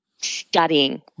Studying